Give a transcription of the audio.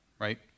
right